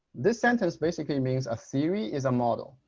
this sentence basically means a theory is a model.